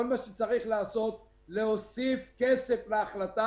כל מה שצריך לעשות זה להוסיף כסף להחלטה